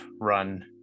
run